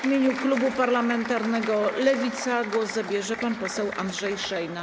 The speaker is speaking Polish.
W imieniu klubu parlamentarnego Lewica głos zabierze pan poseł Andrzej Szejna.